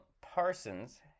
parsons